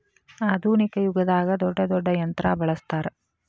ಆದುನಿಕ ಯುಗದಾಗ ದೊಡ್ಡ ದೊಡ್ಡ ಯಂತ್ರಾ ಬಳಸ್ತಾರ